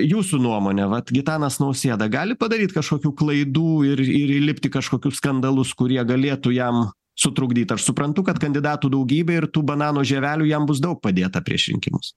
jūsų nuomone vat gitanas nausėda gali padaryt kažkokių klaidų ir ir įlipt į kažkokius skandalus kurie galėtų jam sutrukdyt aš suprantu kad kandidatų daugybė ir tų banano žievelių jam bus daug padėta prieš rinkimus